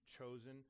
chosen